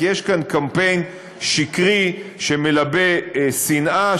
כי יש כאן קמפיין שקרי שמלבה שנאה,